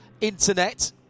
internet